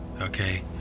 okay